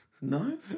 No